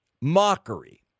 mockery